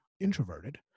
introverted